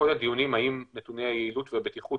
אם יוטלו וכאשר יוטלו.